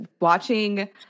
watching